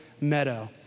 Meadow